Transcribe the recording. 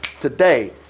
Today